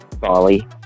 Bali